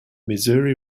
missouri